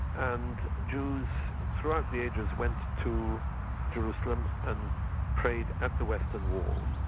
and jews throughout the ages went to jerusalem, and prayed at the western wall.